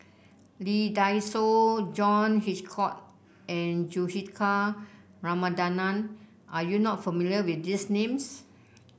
Lee Dai Soh John Hitchcock and Juthika Ramanathan are you not familiar with these names